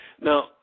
Now